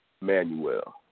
Manuel